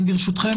ברשותכם,